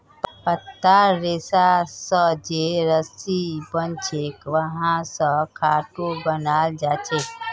पत्तार रेशा स जे रस्सी बनछेक वहा स खाटो बनाल जाछेक